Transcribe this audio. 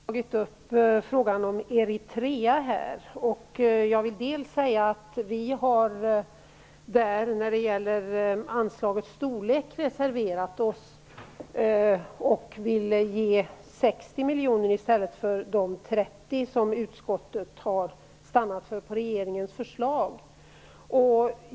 Herr talman! Jag är mycket glad över att Eva Johansson har tagit upp frågan om Eritrea. Jag vill säga att vi kristdemokrater när det gäller anslagets storlek har reserverat oss och vill ge 60 miljoner i stället för de 30 miljoner som utskottet har stannat för på förslag av regeringen.